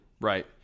Right